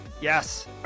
Yes